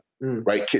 right